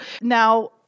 Now